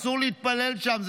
אסור להתפלל שם.